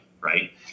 right